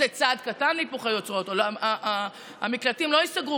עושה צעד קטן להיפוך היוצרות: המקלטים לא ייסגרו,